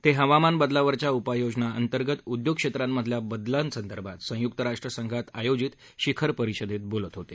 ते हवामान बदलावरच्या उपाययोजनांअंतर्गत उद्योग क्षेत्रांमधल्या बदलांसदर्भात संयुक्त राष्ट्रसंघात आयोजित शिखर परिषदेत बोलत होते